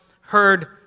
heard